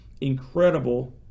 incredible